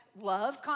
love